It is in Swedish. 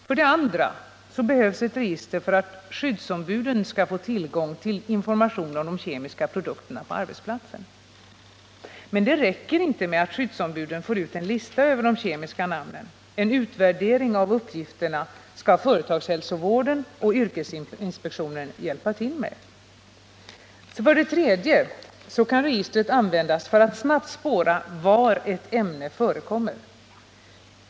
För det andra behövs ett register för att skyddsombuden skall kunna få tillgång till information om de kemiska produkterna på arbetsplatsen. Men det räcker inte med att skyddsombuden får en lista över de kemiska ämnena. Företagshälsovården och yrkesinspektionen får hjälpa till med en utvärdering av uppgifterna. För det tredje skall registret användas för att man snabbt skall kunna spåra var ett ämne förekommer.